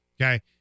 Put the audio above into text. Okay